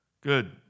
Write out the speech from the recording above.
Good